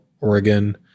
Oregon